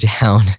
down